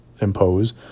impose